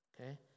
Okay